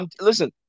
Listen